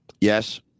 Yes